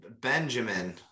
Benjamin